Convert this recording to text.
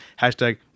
Hashtag